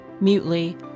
mutely